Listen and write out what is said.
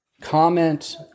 comment